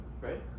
Right